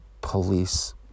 police